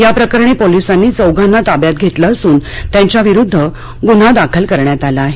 याप्रकरणी पोलिसांनी चौघांना ताब्यात घेतलं असून त्यांच्याविरुद्ध गुन्हा दाखल करण्यात आला आहे